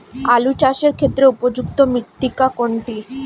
আলু চাষের ক্ষেত্রে উপযুক্ত মৃত্তিকা কোনটি?